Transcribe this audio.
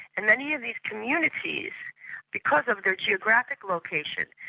and many of these communities because of their geographic location,